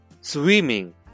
swimming